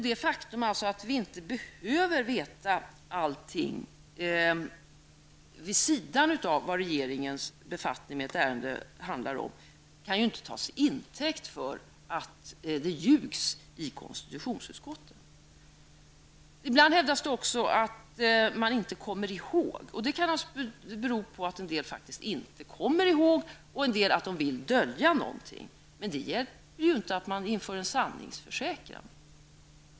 Det faktum att vi inte behöver veta allting, vid sidan av det som gäller regeringens befattning med ett ärende, kan inte tas till intäkt för att det ljugs i konstitutionsutskottet. Ibland hävdas det också att man inte kommer ihåg. Det kan naturligtvis bero på att en del faktiskt inte kommer ihåg och att en del vill dölja någonting. Men det hjälper ju inte med att införa en sanningsförsäkran.